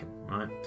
Right